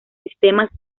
sistemas